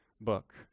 book